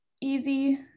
easy